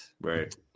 Right